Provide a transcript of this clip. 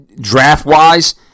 Draft-wise